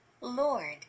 Lord